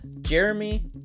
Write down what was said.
Jeremy